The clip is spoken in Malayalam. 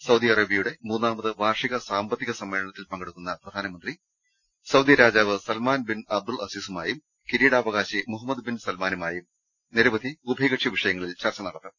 സൌദി അറേബ്യയുടെ മൂന്നാമത് വാർഷിക സാമ്പത്തിക സമ്മേളനത്തിൽ പങ്കെടുക്കുന്ന പ്രധാനമന്ത്രി സൌദി രാജാവ് സൽമാൻ ബിൻ അബ്ദുൾ അസീസുമായും കിരീടാവകാശി മുഹ മ്മദ് ബിൻ സൽമാനുമായും ഒട്ടേറെ ഉഭയകക്ഷി വിഷയങ്ങളിൽ ചർച്ച നട ത്തും